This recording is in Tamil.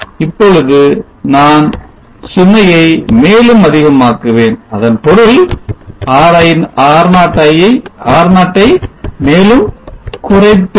இப்பொழுது நான் சுமையை மேலும் அதிகமாக்கு வேன் அதன் பொருள் R0 ஐ மேலும் குறைப்பேன்